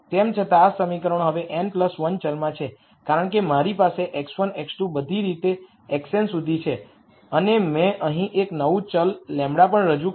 તેમ છતાં આ સમીકરણો હવે n 1 ચલમાં છે કારણ કે મારી પાસે x1 x2 બધી રીતે xn સુધી છે અને મેં અહીં એક નવું ચલ λ પણ રજૂ કરું છું